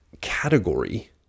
category